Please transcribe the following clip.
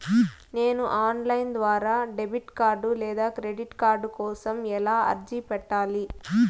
నేను online ద్వారా debit card లేదా క్రెడిట్ కార్డు కోసం ఎలా అర్జీ పెట్టాలి?